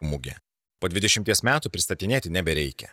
mugė po dvidešimties metų pristatinėti nebereikia